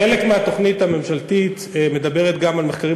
חלק מהתוכנית הממשלתית מדברת גם על מחקרים